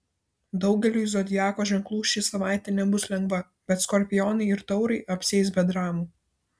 daugeliui zodiako ženklų ši savaitė nebus lengva bet skorpionai ir taurai apsieis be dramų